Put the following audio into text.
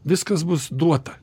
viskas bus duota